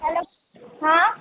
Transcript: hello हाँ